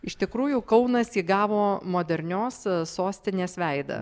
iš tikrųjų kaunas įgavo modernios sostinės veidą